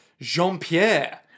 Jean-Pierre